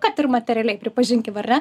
kad ir materialiai pripažinkim ar ne